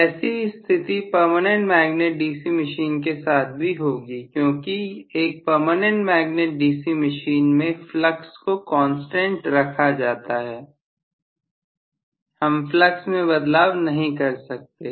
ऐसी ही स्थिति परमानेंट मैग्नेट डीसी मशीन के साथ भी होगी क्योंकि एक परमानेंट मैग्नेट डीसी मशीन में फ्लक्स को कांस्टेंट रखा जाता है हम फ्लक्स में बदलाव नहीं कर सकते हैं